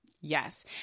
Yes